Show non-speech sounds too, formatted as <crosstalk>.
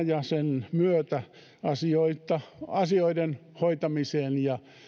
<unintelligible> ja sen myötä asioiden hoitamiseen ja